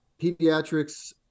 Pediatrics